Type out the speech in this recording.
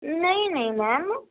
نہیں نہیں میم